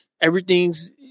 Everything's